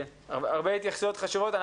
הרבה התייחסויות חשובות.